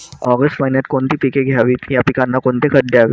August महिन्यात कोणती पिके घ्यावीत? या पिकांना कोणते खत द्यावे?